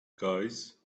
guys